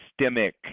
systemic